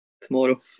tomorrow